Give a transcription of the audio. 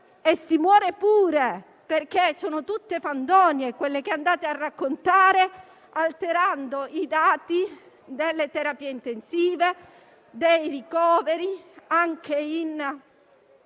e si muore pure. Sono tutte fandonie quelle che andate a raccontare alterando i dati delle terapie intensive e dei ricoveri anche in